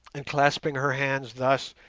and, clasping her hands thus,